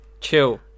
chill